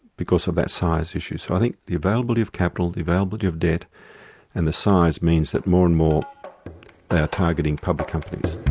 because of that size issue. so i think the availability of capital, the availability of debt and the size, means that more and more are targeting public companies.